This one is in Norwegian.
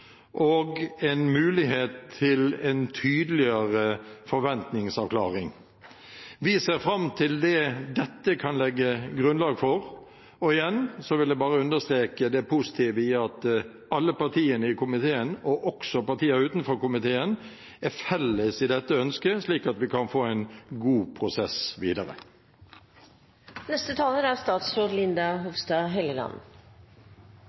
og en mulighet til en tydeligere forventningsavklaring. Vi ser fram til det dette kan legge grunnlag for. Igjen vil jeg bare understreke det positive i at alle partiene i komiteen, og også partier utenfor komiteen, har dette ønsket felles, slik at vi kan få en god prosess